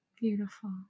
beautiful